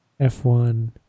F1